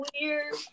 weird